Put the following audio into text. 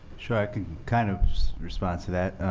so i can kind of respond to that.